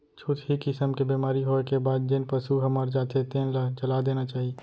छुतही किसम के बेमारी होए के बाद जेन पसू ह मर जाथे तेन ल जला देना चाही